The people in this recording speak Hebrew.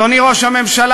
אדוני ראש הממשלה,